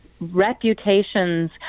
reputations